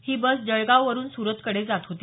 ही bus Jalgaon वरुन सुरत कडे जात होती